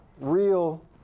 real